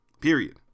period